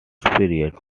period